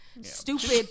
stupid